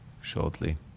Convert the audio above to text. shortly